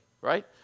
right